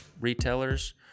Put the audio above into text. retailers